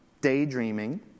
daydreaming